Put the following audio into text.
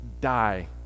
die